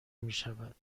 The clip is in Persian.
میشود